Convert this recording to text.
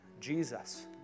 Jesus